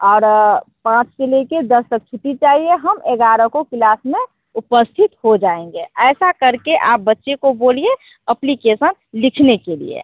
और पाँच से ले कर दस तक छुट्टी चाहिए हम ग्यारह को क्लास में उपस्थित हो जाएंगे ऐसा करके आप बच्चे को बोलिए अप्लीकेसन लिखने के लिए